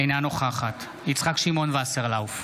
אינה נוכחת יצחק שמעון וסרלאוף,